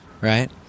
right